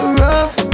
rough